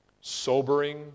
sobering